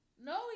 No